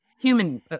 human